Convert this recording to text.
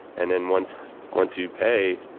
and then once once you pay,